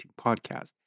Podcast